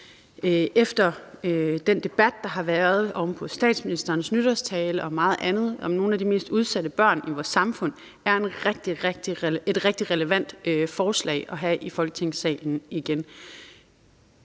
efter den debat, der har været oven på statsministerens nytårstale og meget andet om nogle af de mest udsatte børn i vores samfund, at det er et rigtig relevant forslag at tage op i Folketingssalen igen.